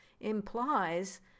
implies